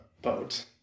boat